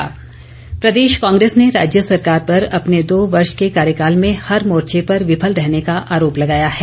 अग्निहोत्री प्रदेश कांग्रेस ने राज्य सरकार पर अपने दो वर्ष के कार्यकाल में हर मोर्चे पर विफल रहने का आरोप लगाया है